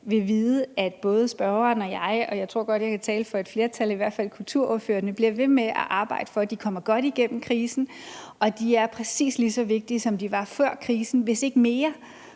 vil vide, at både spørgeren og jeg, og jeg tror godt, at jeg kan tale for et flertal og i hvert fald for kulturordførerne, bliver ved med at arbejde for, at de kommer godt igennem krisen. De er præcis lige så vigtige, som de var før krisen, hvis ikke mere,